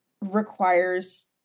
requires